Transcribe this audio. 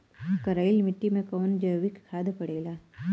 करइल मिट्टी में कवन जैविक खाद पड़ेला?